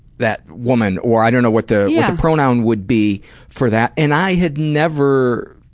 that woman or i don't know what the yeah pronoun would be for that, and i had never,